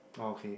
oh okay